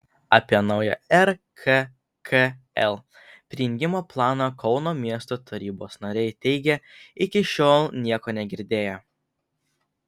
apie naują rkkl prijungimo planą kauno miesto tarybos nariai teigia iki šiol nieko negirdėję